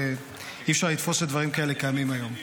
אי-אפשר לתפוס שדברים כאלה קיימים היום.